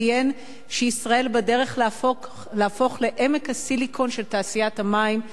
וציין שישראל בדרך להפוך לעמק הסיליקון של תעשיית המים,